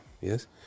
yes